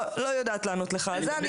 גם אחוז היא לא פותרת.